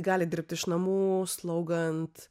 gali dirbti iš namų slaugant